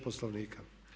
Poslovnika.